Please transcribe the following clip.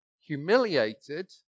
humiliated